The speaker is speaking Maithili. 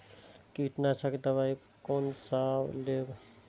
कीट नाशक दवाई कोन सा लेब?